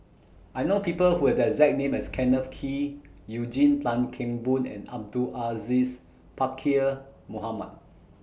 I know People Who Have that exact name as Kenneth Kee Eugene Tan Kheng Boon and Abdul Aziz Pakkeer Mohamed